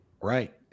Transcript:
Right